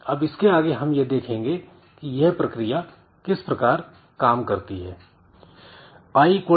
अब इसके आगे हम यह देखेंगे की यह प्रक्रिया किस प्रकार काम करती है